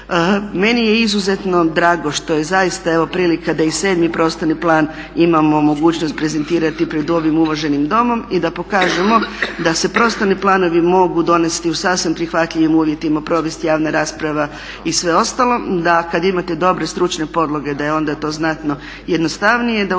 Meni je izuzetno što je prilika da i sedmi prostorni plan imamo mogućnost prezentirati pred ovim uvaženim Domom i da pokažemo da se prostorni planovi mogu donesti u sasvim prihvatljivim uvjetima provesti javna rasprava i sve ostalo, da kada imate dobre stručne podloge da je onda to znatno jednostavnije, da u svemu